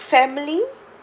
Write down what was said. family